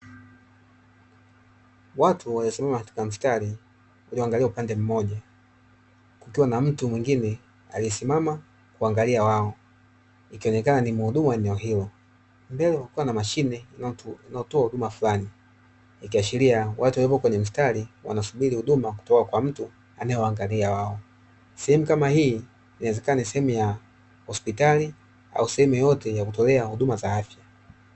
Watu wamesimama katika mstari ulioangalia upande mmoja kukiwa na mtu mwingine aliyesimama kuangalia wao, ikionekana ni mhudumu wa eneo hilo. Mbele kukiwa na mashine inayotoa huduma fulani ikiashiria watu waliopo kwenye mstari wanasubiri huduma kutoka kwa mtu anayewaangalia wao. Sehemu kama hii inawezekana ni sehemu ya hospitali au sehemu yoyote ya kutolea huduma za afya.